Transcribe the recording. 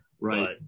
Right